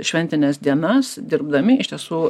šventines dienas dirbdami iš tiesų